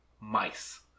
Mice